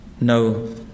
no